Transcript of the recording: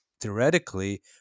theoretically